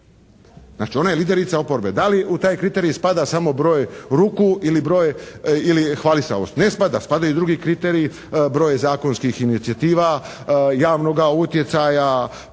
Znači, ona je liderica oporbe. Da li u taj kriterij spada samo broj ruku ili hvalisavost? Ne spada. Spadaju drugi kriteriji, broj zakonskih inicijativa, javnoga utjecaja,